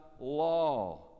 law